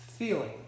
feeling